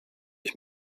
ich